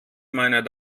meiner